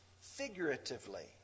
figuratively